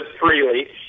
freely